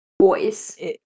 voice